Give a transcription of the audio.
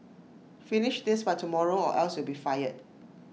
finish this by tomorrow or else you will be fired